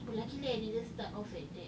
luckily I didn't start off at that